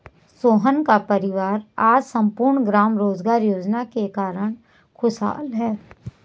सोहन का परिवार आज सम्पूर्ण ग्राम रोजगार योजना के कारण खुशहाल है